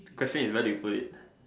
question is where did you put it